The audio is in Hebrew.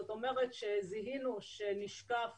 זאת אומרת שזיהינו שנשקף